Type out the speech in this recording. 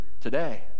today